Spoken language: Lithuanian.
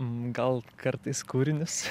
gal kartais kūrinius